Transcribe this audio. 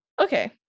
Okay